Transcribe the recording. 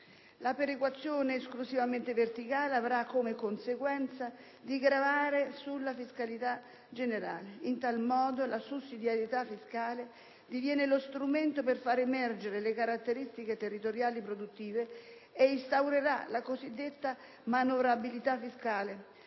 La perequazione esclusivamente verticale avrà come conseguenza di gravare sulla fiscalità generale. In tal modo la sussidiarietà fiscale diviene lo strumento per far emergere le caratteristiche territoriali produttive e instaurerà la cosiddetta manovrabilità fiscale,